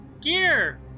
gear